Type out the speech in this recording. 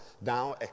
now